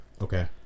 Okay